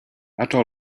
after